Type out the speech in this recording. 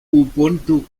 ubuntu